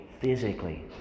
physically